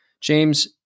James